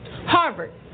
Harvard